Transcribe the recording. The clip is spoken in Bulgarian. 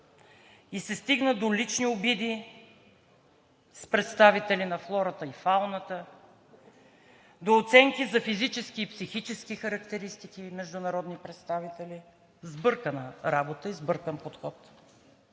и се стигна до лични обиди с представители на флората и фауната, до оценки за физически и психически характеристики между народни представители. Сбъркана работа и сбъркан подход!